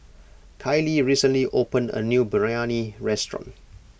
Kylee recently opened a new Biryani restaurant